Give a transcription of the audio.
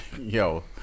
yo